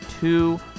two